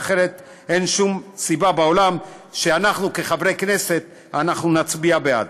אחרת אין שום סיבה בעולם שאנחנו כחברי הכנסת נצביע בעד.